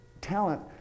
talent